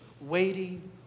waiting